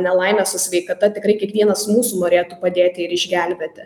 nelaimė su sveikata tikrai kiekvienas mūsų norėtų padėti ir išgelbėti